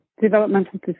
developmental